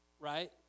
right